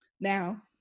Now